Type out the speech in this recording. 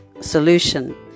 solution